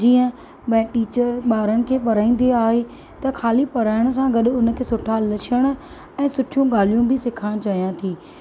जीअं भई टीचर ॿारनि खें पढ़ाईंदी आहे त ख़ाली पढ़ाइण सां गडु॒ उन खे सुठा लछण ऐं सुठियूं ॻाल्हियूं बि सेखारण चाहियां थी